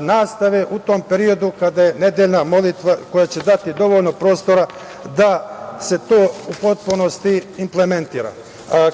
nastave u tom periodu kada je nedeljna molitva koja će dati dovoljno prostora da se to u potpunosti implementira.